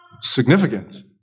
significant